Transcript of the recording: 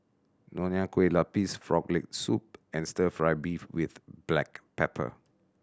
Nonya Kueh Lapis Frog Leg Soup and Stir Fry beef with black pepper